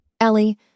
Ellie